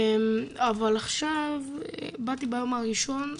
אבל עכשיו באתי ביום הראשון,